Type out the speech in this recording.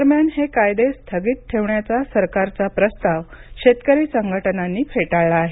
दरम्यान हे कायदे स्थगित ठेवण्याचा सरकारचा प्रस्ताव शेतकरी संघटनांनी फेटाळला आहे